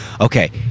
Okay